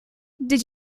did